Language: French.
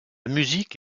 musique